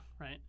right